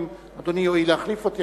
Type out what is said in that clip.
אם אדוני יואיל להחליף אותי,